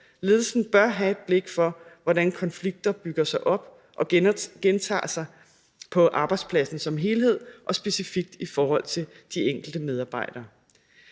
Ledelsen bør have et blik for, hvordan konflikter bygger sig op og gentager sig på arbejdspladsen som helhed og specifikt i forhold til de enkelte medarbejdere,